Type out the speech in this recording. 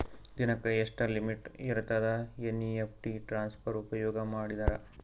ದಿನಕ್ಕ ಎಷ್ಟ ಲಿಮಿಟ್ ಇರತದ ಎನ್.ಇ.ಎಫ್.ಟಿ ಟ್ರಾನ್ಸಫರ್ ಉಪಯೋಗ ಮಾಡಿದರ?